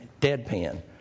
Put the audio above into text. deadpan